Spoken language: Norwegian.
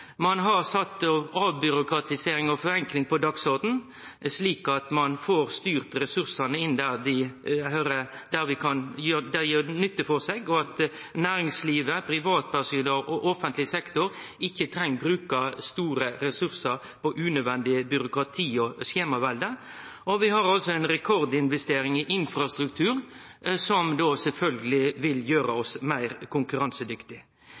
Ein har sett avbyråkratisering og forenkling på dagsordenen, slik at ein får styrt ressursane inn der dei gjer nytte for seg, og at næringsliv, privatpersonar og offentleg sektor ikkje treng bruke store ressursar på unødvendig byråkrati og skjemavelde, og vi har ei rekordinvestering i infrastruktur som sjølvsagt vil